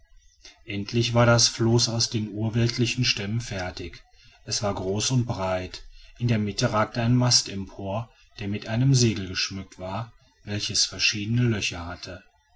endlich war das floß aus den urweltlichen stämmen fertig es war groß und breit in der mitte ragte ein mast empor der mit einem segel geschmückt war welches verschiedene löcher hatte